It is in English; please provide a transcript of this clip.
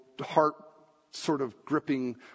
heart-sort-of-gripping